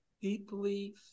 deeply